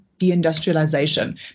deindustrialization